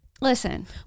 Listen